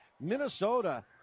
Minnesota